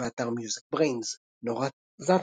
באתר MusicBrainz נורה זהטנר,